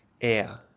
air